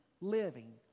living